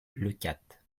leucate